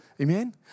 Amen